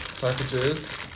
packages